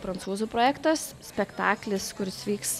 prancūzų projektas spektaklis kuris vyks